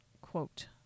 quote